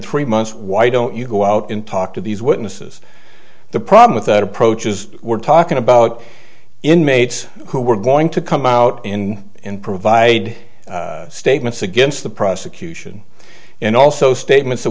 three months why don't you go out in talk to these witnesses the problem with that approach is we're talking about inmates who were going to come out in and provide statements against the prosecution and also statements that